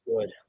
good